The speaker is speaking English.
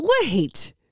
Wait